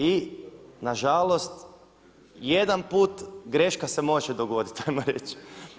I nažalost, jedan put greška se može dogoditi ajmo reć.